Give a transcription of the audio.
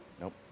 Nope